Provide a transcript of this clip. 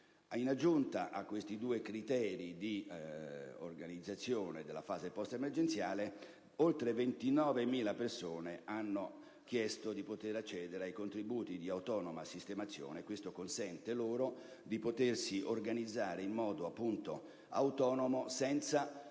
In aggiunta ai due suddetti criteri di organizzazione della fase post-emergenziale, oltre 29.000 persone hanno chiesto di poter accedere ai contributi di autonoma sistemazione: ciò consente loro di potersi organizzare in modo autonomo, senza